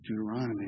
Deuteronomy